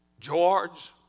George